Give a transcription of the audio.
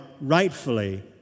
rightfully